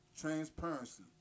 Transparency